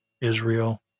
Israel